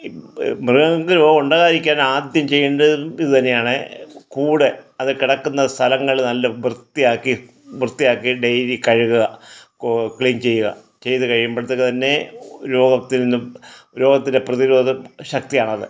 ഈ മൃഗങ്ങൾക്ക് രോഗമുണ്ടാകാതെ ഇരിക്കാൻ ആദ്യം ചെയ്യേണ്ടത് ഇതുതന്നെയാണ് കൂടെ അത് കിടക്കുന്ന സ്ഥലങ്ങൾ നല്ല വൃത്തിയാക്കി വൃത്തിയാക്കി ഡെയിലി കഴുകുക കൂ ക്ലീൻ ചെയ്യുക ചെയ്ത് കഴിയുമ്പോഴത്തേക്ക് തന്നെ രോഗത്തിൽ നിന്നും രോഗത്തിൻ്റെ പ്രതിരോധ ശക്തിയാണ് അത്